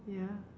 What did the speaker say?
ya